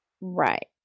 right